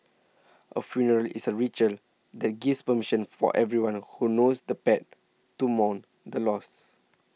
a funeral is a ritual that gives permission for everyone who knows the pet to mourn the loss